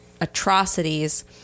atrocities